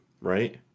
right